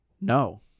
No